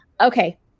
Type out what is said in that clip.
Okay